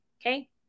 okay